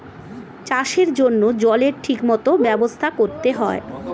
চাষের জন্য জলের ঠিক মত ব্যবস্থা করতে হয়